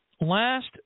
last